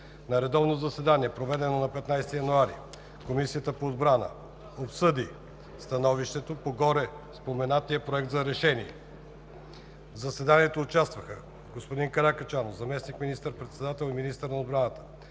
На редовно заседание, проведено на 15 януари 2019 г., Комисията по отбрана обсъди становището по гореспоменатия Проект на решение. В заседанието участваха: господин Каракачанов – заместник министър председател и министър на отбраната;